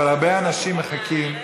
אבל הרבה אנשים מחכים,